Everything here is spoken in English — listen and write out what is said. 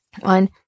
One